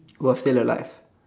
who are still alive